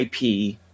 IP